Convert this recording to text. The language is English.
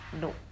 No